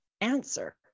answer